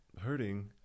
hurting